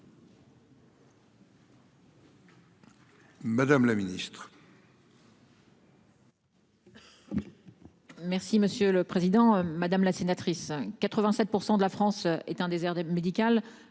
Madame la Ministre.-- Merci monsieur le président, madame la sénatrice 87% de la France est un désert médical.